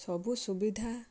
ସବୁ ସୁବିଧା